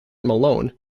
malone